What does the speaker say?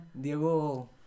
Diego